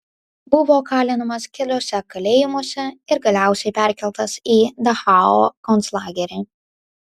buvo kalinamas keliuose kalėjimuose ir galiausiai perkeltas į dachau konclagerį